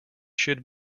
should